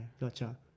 Gotcha